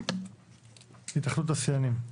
התאחדות תעשיינים.